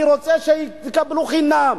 אני רוצה שיקבלו חינם,